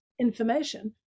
information